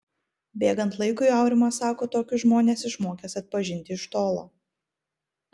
bėgant laikui aurimas sako tokius žmones išmokęs atpažinti iš tolo